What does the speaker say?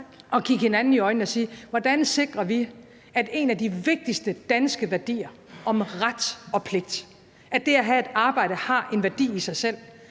og kigge hinanden i øjnene og sige: Hvordan sikrer vi, at en af de vigtigste danske værdier om ret og pligt, at det at have et arbejde har en værdi i sig selv,